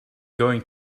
going